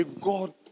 God